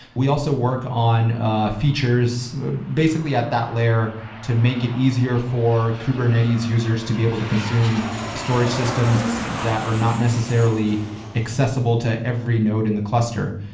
we also work on ah features basically at that layer to make it easier for kubernetes users to be able to consume storage systems that are not necessarily accessible to every node in the cluster.